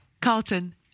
Carlton